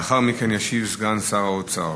לאחר מכן ישיב סגן שר האוצר.